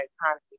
economy